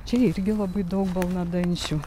čia irgi labai daug balnadančių